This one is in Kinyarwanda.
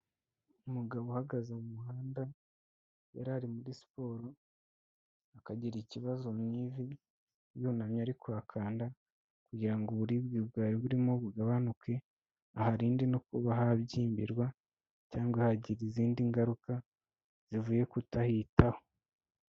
Umugabo uhagaze mu muhanda, yari ari muri siporo, akagira ikibazo mu ivi, yunamye ari kuhakanda, kugira ngo uburibwe bwawe burimo bugabanuke, aharinde no kuba habyimbirwa, cyangwa hagira izindi ngaruka, zivuye kutahitaho.